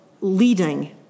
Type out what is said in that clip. leading